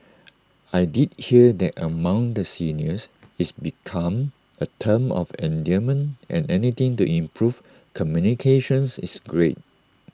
I did hear that among the seniors it's become A term of endearment and anything to improve communications is great